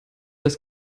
das